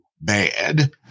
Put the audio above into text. bad